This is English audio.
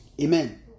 Amen